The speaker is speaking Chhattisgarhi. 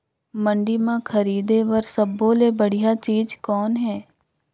मंडी म खरीदे बर सब्बो ले बढ़िया चीज़ कौन हे?